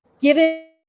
given